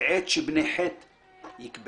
בעת שבני חת יקברוה.